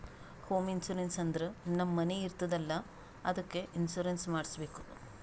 home insurance ಅಂದುರ್ ನಮ್ ಮನಿ ಇರ್ತುದ್ ಅಲ್ಲಾ ಅದ್ದುಕ್ ಇನ್ಸೂರೆನ್ಸ್ ಮಾಡುಸ್ಬೇಕ್